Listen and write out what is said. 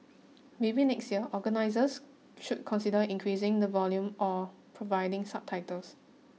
maybe next year organisers should consider increasing the volume or providing subtitles